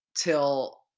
till